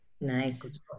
nice